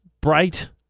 Bright